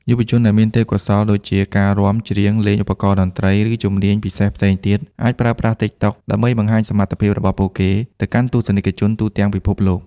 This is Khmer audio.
យុវជនដែលមានទេពកោសល្យដូចជាការរាំ ច្រៀង លេងឧបករណ៍តន្ត្រី ឬជំនាញពិសេសផ្សេងទៀត អាចប្រើប្រាស់ TikTok ដើម្បីបង្ហាញសមត្ថភាពរបស់ពួកគេទៅកាន់ទស្សនិកជនទូទាំងពិភពលោក។